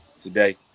today